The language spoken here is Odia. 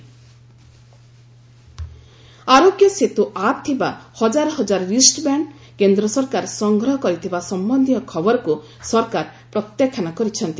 ଗଭ୍ ଆରୋଗ୍ୟ ସେତ୍ସ ଆପ୍ ଆରୋଗ୍ୟ ସେତୁ ଆପ୍ ଥିବା ହଜାର ରିଷ୍ଟବ୍ୟାଣ୍ଡ୍ କେନ୍ଦ୍ର ସରକାର ସଂଗ୍ରହ କରିଥିବା ସମ୍ଭନ୍ଧୀୟ ଖବରକୁ ସରକାର ପ୍ରତ୍ୟାଖ୍ୟାନ କରିଛନ୍ତି